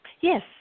Yes